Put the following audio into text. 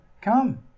come